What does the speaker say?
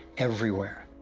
everywhere.